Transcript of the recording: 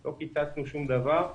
לא קיצצנו שום דבר,